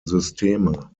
systeme